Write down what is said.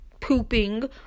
pooping